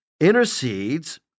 intercedes